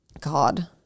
God